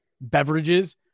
beverages